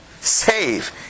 Save